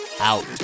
out